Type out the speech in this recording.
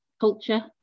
culture